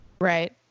Right